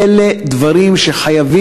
אלה דברים שחייבים,